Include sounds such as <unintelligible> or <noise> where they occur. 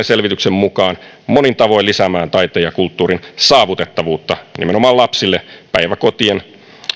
<unintelligible> selvityksen mukaan monin tavoin lisäämään taiteen ja kulttuurin saavutettavuutta nimenomaan lapsille päiväkotien